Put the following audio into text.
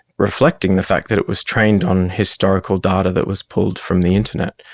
reflecting the fact that it was trained on historical data that was pulled from the internet.